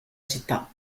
città